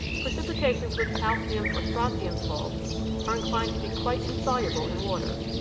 precipitations with calcium or strontium salts are inclined to be quite insoluble in water.